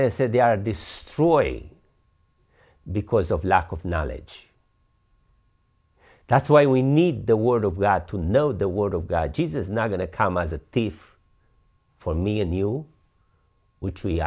that i said they are destroying because of lack of knowledge that's why we need the word of god to know the word of god jesus is not going to come as a thief for me and you which we